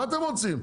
מה אתם רוצים?